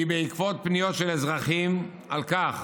אדוני היושב-ראש, הוא פניות של אזרחים על כך